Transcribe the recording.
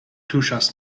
tuŝas